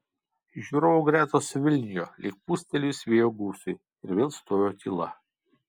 žiūrovų gretos suvilnijo lyg pūstelėjus vėjo gūsiui ir vėl stojo tyla